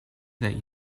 that